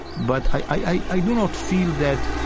but i do not feel that